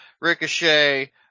Ricochet